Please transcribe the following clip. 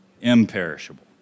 imperishable